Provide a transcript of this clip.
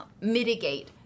mitigate